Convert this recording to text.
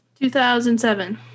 2007